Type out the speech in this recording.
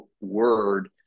word